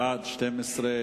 בעד, 12,